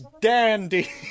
dandy